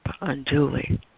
unduly